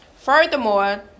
Furthermore